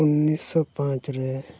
ᱩᱱᱤᱥᱥᱚ ᱯᱟᱸᱪ ᱨᱮ